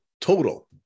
total